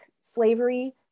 slavery